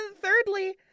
thirdly